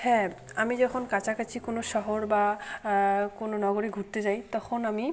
হ্যাঁ আমি যখন কাছাকাছি কোনো শহর বা কোনো নগরে ঘুরতে যাই তখন আমি